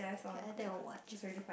okay I think I will watch it